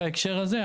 בהקשר הזה,